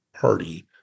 party